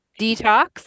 Detox